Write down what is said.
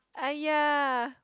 aiya